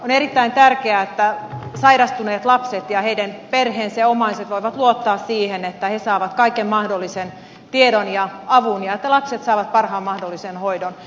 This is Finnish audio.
on erittäin tärkeää että sairastuneet lapset ja heidän perheensä ja omaiset voivat luottaa siihen että he saavat kaiken mahdollisen tiedon ja avun ja että lapset saavat parhaan mahdollisen hoidon